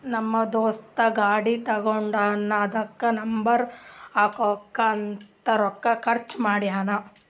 ನಮ್ ದೋಸ್ತ ಗಾಡಿ ತಗೊಂಡಾನ್ ಅದುಕ್ಕ ನಂಬರ್ ಹಾಕ್ಲಕ್ಕೆ ಅರ್ದಾ ರೊಕ್ಕಾ ಖರ್ಚ್ ಮಾಡ್ಯಾನ್